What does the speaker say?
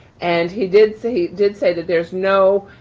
and he did say did say that there's no